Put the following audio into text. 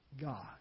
God